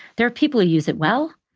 there are people who use it well,